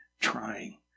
trying